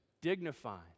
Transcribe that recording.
dignified